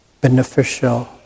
Beneficial